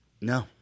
No